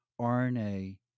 RNA